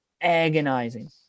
agonizing